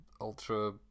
Ultra